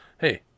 hey